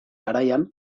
garaian